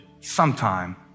sometime